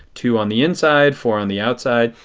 two on the inside, four on the outside.